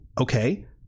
okay